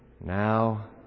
now